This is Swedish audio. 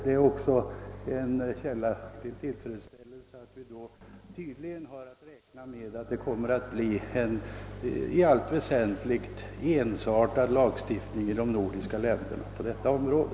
Det är vidare en källa till tillfredsställelse att vi tydligen kan räkna med att det blir fråga om en i allt väsentligt ensartad lagstiftning i de nordiska länderna på detta område.